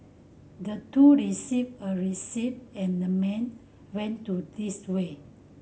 the two received a receipt and the man went to this way